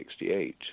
1968